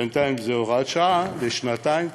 בינתיים זו הוראת שעה לשלוש שנים,